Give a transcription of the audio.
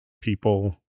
people